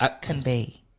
convey